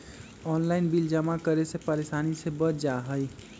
Online bill जमा करे से परेशानी से बच जाहई?